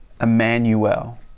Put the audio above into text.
Emmanuel